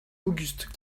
auguste